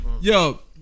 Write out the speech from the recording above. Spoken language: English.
yo